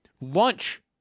Lunch